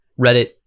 reddit